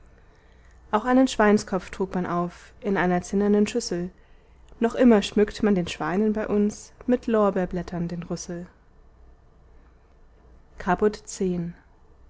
auch einen schweinskopf trug man auf in einer zinnernen schüssel noch immer schmückt man den schweinen bei uns mit lorbeerblättern den rüssel caput